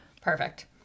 Perfect